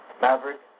maverick